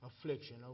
affliction